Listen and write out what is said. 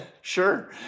sure